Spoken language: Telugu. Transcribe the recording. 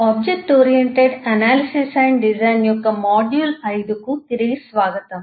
object oriented analysis and design యొక్క మాడ్యూల్ 5 కు తిరిగి స్వాగతం